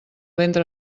ventre